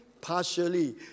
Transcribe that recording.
partially